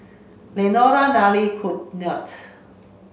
Lenora Nelie Knute